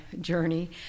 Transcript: journey